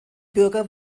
bürger